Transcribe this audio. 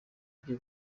byo